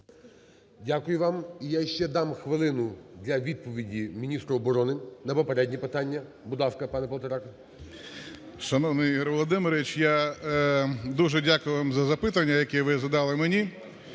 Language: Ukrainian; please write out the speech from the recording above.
Дякую вам. І я ще дам хвилину для відповіді міністру оборони на попередні питання. Будь ласка, пане Полторак.